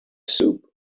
soup